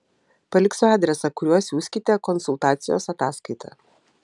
paliksiu adresą kuriuo siųskite konsultacijos ataskaitą